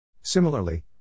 Similarly